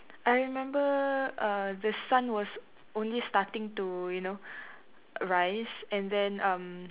I remember err the sun was only starting to you know rise and then um